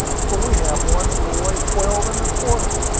for we have one that will weigh twelve and a quarter.